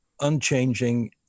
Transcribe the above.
unchanging